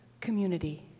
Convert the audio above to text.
community